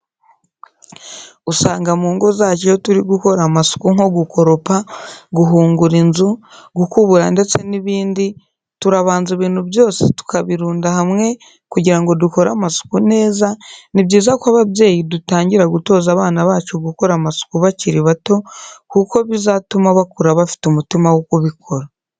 Usanga mu ngo zacu iyo turi gukora amasuku nko gukoropa, guhungura inzu, gukubura ndetse n'ibindi turabanza ibintu byose tukabirunda hamwe kugira ngo dukore amasuku neza, ni byiza ko ababyeyi dutangira gutoza abana bacu gukora amasuku bakiri bato kuko bizatuma bakura bafite umutima wo kubikora.